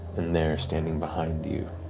and there standing behind you